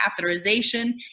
catheterization